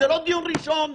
זה לא דיון ראשון.